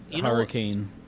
Hurricane